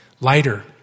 lighter